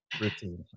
routine